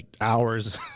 hours